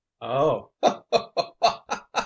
Oh